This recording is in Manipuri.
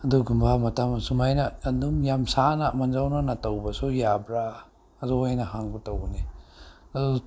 ꯑꯗꯨꯒꯨꯝꯕ ꯃꯇꯝ ꯁꯨꯃꯥꯏꯅ ꯑꯗꯨꯝ ꯌꯥꯝ ꯁꯥꯡꯅ ꯃꯥꯡꯖꯧꯅꯅ ꯇꯧꯅꯁꯨ ꯌꯥꯕ꯭ꯔꯥ ꯑꯗꯨ ꯑꯣꯏꯅ ꯍꯪꯒꯦ ꯇꯧꯕꯅꯤ ꯑꯗꯨ